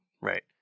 right